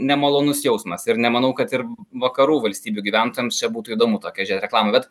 nemalonus jausmas ir nemanau kad ir vakarų valstybių gyventojams čia būtų įdomu tokią žiūrėt reklamą bet